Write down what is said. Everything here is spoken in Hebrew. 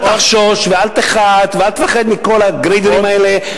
אל תחשוש ואל תחת ואל תפחד מכל הגרידרים האלה,